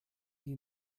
die